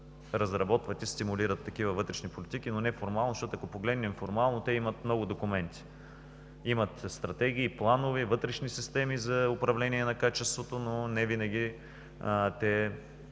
разработват и стимулират такива вътрешни политики, но не формално, защото, ако ги погледнем формално, те имат много документи. Имат стратегии, планове, вътрешни системи за управление на качеството, но невинаги те